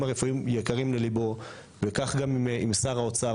הרפואיים יקרים לליבו וכך גם לשר האוצר,